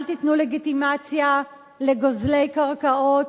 אל תיתנו לגיטימציה לגוזלי קרקעות,